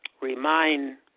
remind